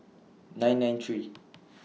nine nine three